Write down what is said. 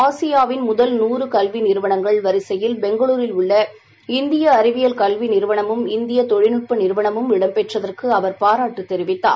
ஆசியாவின் முதல் நூறு கல்வி நிறுவனங்கள் வரிசையில் பெங்களுரில் உள்ள இந்திய அறிவியல் கல்வி நிறுவனமும் இந்திய தொழில்நுட்ப நிறுவனமும் இடம் பெற்றதற்கு அவர் பாராட்டுத் தெரிவித்தார்